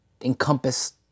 encompass